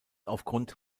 aufgrund